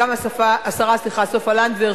גם השרה סופה לנדבר,